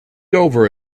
over